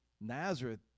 Nazareth